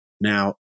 Now